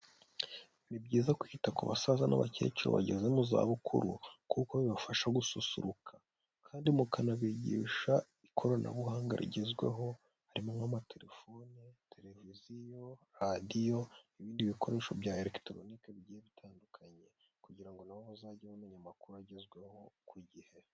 Ni byiza kwita ku basaza n'abakecuru bageze mu zabukuru, kuko bibafasha gususuruka kandi mukanabigisha ikoranabuhanga rigezweho harimo nk'amatelefone, televiziyo, radiyo n'ibindi bikoresho bya elegitoronike bigiye bitandukanye, kugira ngo na bo bazajye bamenya amakuru agezweho ku gihe.